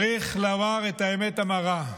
צריך לומר את האמת המרה: